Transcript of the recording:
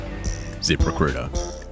ZipRecruiter